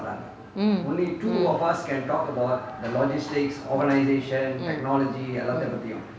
mm mm mm